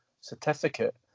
Certificate